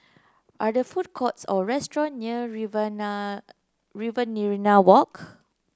are there food courts or restaurant near Riverina Riverina Walk